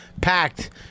packed